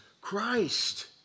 Christ